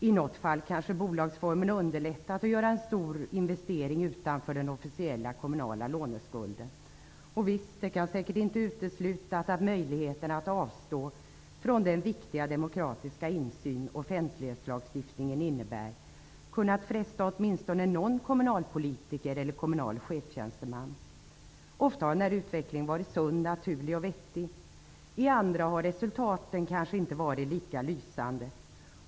I något fall kanske bolagsformen underlättat en stor investering utanför den officiella kommunala låneskulden. Det kan säkert inte heller uteslutas att möjligheterna att avstå från den viktiga demokratiska insyn offentlighetslagstiftningen innebär kunnat fresta åtminstone någon kommunalpolitiker eller kommunal cheftjänsteman. Ofta har utvecklingen varit sund, naturlig och vettig. I andra fall har resultaten kanske inte varit lika lysande.